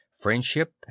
friendship